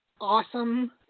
awesome